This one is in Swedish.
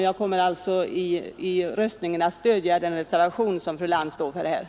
Jag kommer alltså, herr talman, att vid voteringen stödja fru Lantz” reservation.